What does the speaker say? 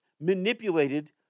manipulated